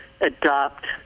adopt